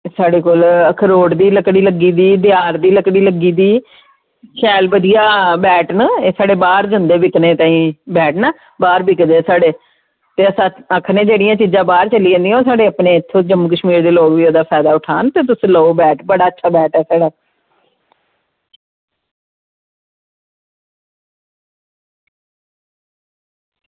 साढ़े कोल खरोट दी लकड़ी लग्गी दी देआर दी लकड़ी लग्गी दी शैल बधिया बैट न एह् सारे बाहर जंदे बिकने ताहीं बैट ना बाहर बिकदे साढ़े ते आक्खनै गी एह् चीज़ां बाहर चली जंदियां ते साढ़े जम्मू कशमीर दे लोग बी ओह्दा फायदा ठुआन तुस लैओ बैट बड़ा अच्छा बैट ऐ साढ़ा